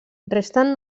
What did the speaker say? resten